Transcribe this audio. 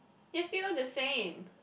you're still the same